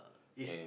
is